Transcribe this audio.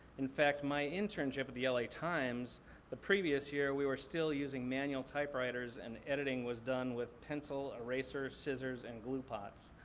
in fact, my internship at the l a. times the previous year, we were still using manual typewriters and editing was done with pencil, erasers, scissors, and glue pots.